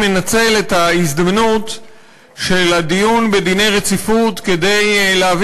מנצל את ההזדמנות של הדיון בדין הרציפות כדי להביא